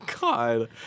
God